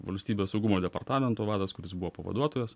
valstybės saugumo departamento vadas kuris buvo pavaduotojas